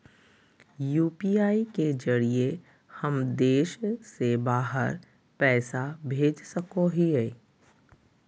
UPI के जरिए का हम देश से बाहर पैसा भेज सको हियय?